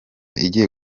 igiye